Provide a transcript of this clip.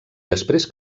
després